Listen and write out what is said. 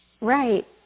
Right